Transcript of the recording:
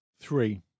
Three